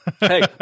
Hey